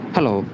Hello